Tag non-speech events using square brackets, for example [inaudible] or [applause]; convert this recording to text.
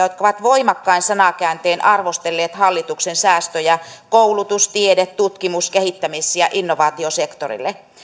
[unintelligible] jotka ovat voimakkain sanakääntein arvostelleet hallituksen säästöjä koulutus tiede tutkimus kehittämis ja innovaatiosektoreille